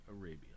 Arabia